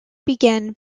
began